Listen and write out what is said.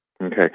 Okay